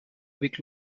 avec